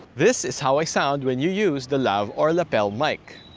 this is how i sound when you use the lav, or lapel mic.